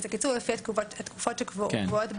זה קיצור לפי התקופות שקבועות בהסדר,